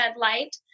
light